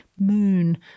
moon